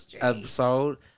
episode